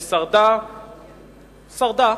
ששרדה,